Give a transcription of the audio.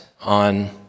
on